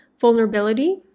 vulnerability